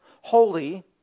Holy